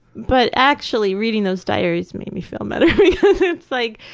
but actually, reading those diaries made me feel better because it's like,